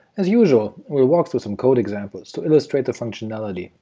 as usual, we'll walk through some code examples to illustrate the functionality,